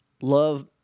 love